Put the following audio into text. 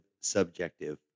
subjective